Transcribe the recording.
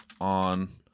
on